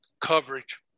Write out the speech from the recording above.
coverage